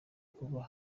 kuba